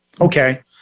Okay